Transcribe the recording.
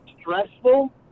stressful